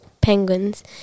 penguins